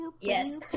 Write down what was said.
Yes